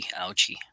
ouchie